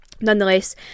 nonetheless